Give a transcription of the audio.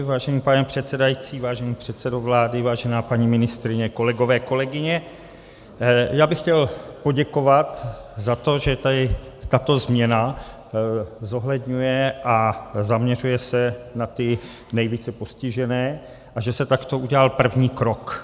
Vážený pane předsedající, vážený předsedo vlády, vážená paní ministryně, kolegové, kolegyně, chtěl bych poděkovat za to, že tato změna zohledňuje a zaměřuje se na ty nejvíce postižené a že se takto udělal první krok.